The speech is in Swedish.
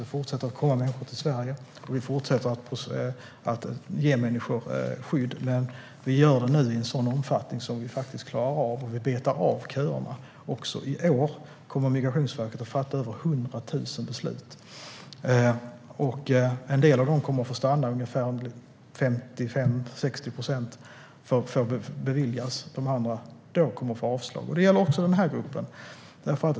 Det fortsätter att komma människor till Sverige, och vi fortsätter att ge människor skydd. Men vi gör det nu i en omfattning som vi faktiskt klarar, och vi betar också av köerna. I år kommer Migrationsverket att fatta över 100 000 beslut. En del av dem som berörs kommer att få stanna, ungefär 55-60 procent. De andra kommer att få avslag. Det gäller även denna grupp.